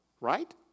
right